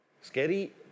Scary